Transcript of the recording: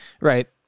Right